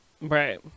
Right